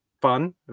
fun